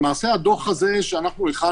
למעשה הדוח הזה שהכנו